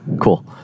Cool